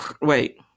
Wait